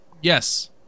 Yes